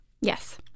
yes